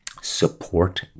support